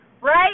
right